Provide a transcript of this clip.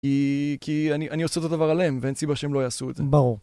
כי אני עושה אותו דבר עליהם, ואין סיבה שהם לא יעשו את זה. ברור.